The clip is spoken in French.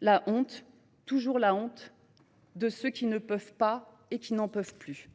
La honte, toujours la honte, de ceux qui ne peuvent pas et qui n’en peuvent plus.